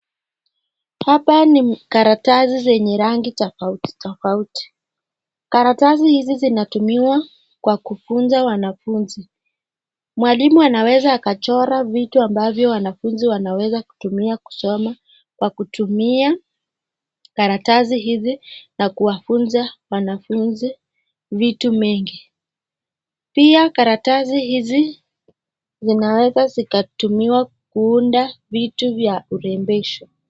Hapa ni karatasi zenye rangi tofauti tofauti. Karatasi hizi zinatumiwa kwa kufunza wanafunzi. Mwalimu anaweza akachora vitu ambavyo wanafunzi wanaweza kutumia kusoma kwa kutumia karatasi hizi na kuwafunza wanafunzi vitu mengi. Pia karatasi hizi zinaweza zikatumiwa kuunda vitu vya urembesho.